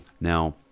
now